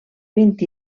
vint